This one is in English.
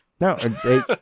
No